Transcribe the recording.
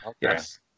yes